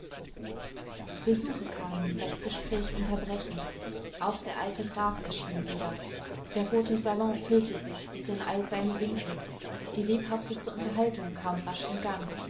besuche kamen das gespräch unterbrechend auch der alte graf erschien wieder der rote salon füllte sich bis in all seine winkel die lebhafteste unterhaltung kam rasch in gang